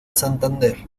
santander